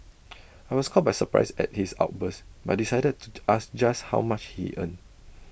I was caught by surprise at his outburst but decided to the ask just how much he earned